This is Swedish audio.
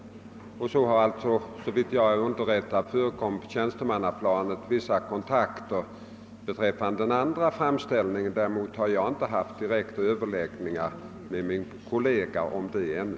Enligt de underrättelser jag fått har det också förekommit vissa sådana kontakter på tjänstemannaplanet beträffande den andra framställningen. Däremot har jag inte haft direkta överläggningar med min kollega om detta ännu.